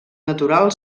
natural